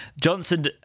Johnson